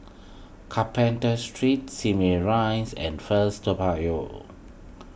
Carpenter Street Simei Rise and First Toa Payoh